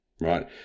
right